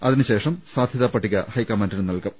ഇതിനുശേഷം സാധ്യതാ പട്ടിക ഹൈക്കമാന്റിന് നൽകും